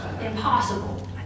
impossible